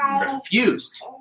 refused